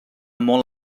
molt